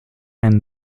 and